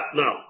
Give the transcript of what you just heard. no